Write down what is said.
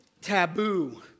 taboo